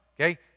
Okay